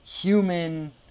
human